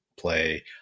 play